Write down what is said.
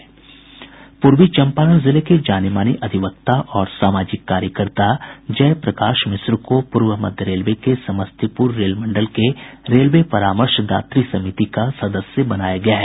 पूर्वी चंपारण जिले के जाने माने अधिवक्ता और सामाजिक कार्यकर्ता जय प्रकाश मिश्र को पूर्व मध्य रेलवे के समस्तीपुर रेल मंडल के रेलवे परामर्शदात्री समिति का सदस्य बनाया गया है